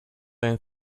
and